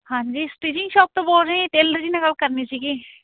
ਹਾਂਜੀ stitching shop ਤੋਂ ਬੋਲ ਰਹੇ ਟੇਲਰ ਜੀ ਨਾਲ ਗੱਲ ਕਰਨੀ ਸੀਗੀ